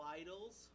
idols